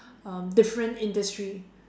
um different industry